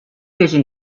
vision